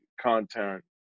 content